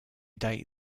date